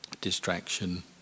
distraction